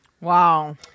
Wow